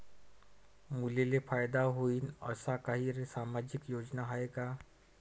मुलींले फायदा होईन अशा काही सामाजिक योजना हाय का?